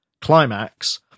climax